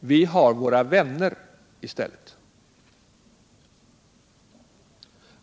Vi har våra vänner i stället.